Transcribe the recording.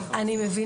אני מבינה.